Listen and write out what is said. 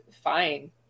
fine